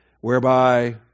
Whereby